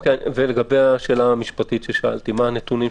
ורוב הנבדקים בשבת הם מהמגזר